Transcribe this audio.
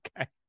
Okay